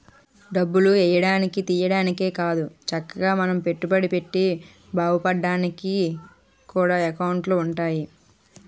డబ్బులు ఎయ్యడానికి, తియ్యడానికే కాదు చక్కగా మనం పెట్టుబడి పెట్టి బావుపడ్డానికి కూడా ఎకౌంటులు ఉంటాయి